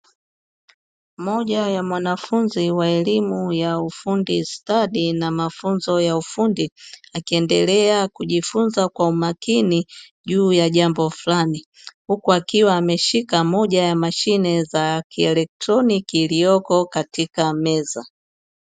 Moja ya mwanafunzi wa elimu ya ufundi stadi na mafunzo ya ufundi, akiendelea kujifunza kwa umakini juu ya jambo, furani huku akiwa ameshika moja ya mashine za kielectroniki iliyoko katika meza.